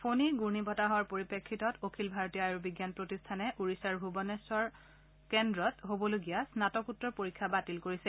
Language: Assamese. ফোণী ঘূৰ্ণী বতাহৰ পৰিপ্ৰেক্ষিতত অখিল ভাৰতীয় আয়ুৰ্বিজ্ঞান প্ৰতিষ্ঠানে ওড়িশাৰ ভূৱনেশ্বৰ কেন্দ্ৰত হ'বলগীয়া স্নাতকোত্তৰ পৰীক্ষা বাতিল কৰিছে